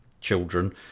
children